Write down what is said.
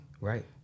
Right